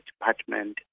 department